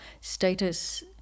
status